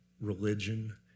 religion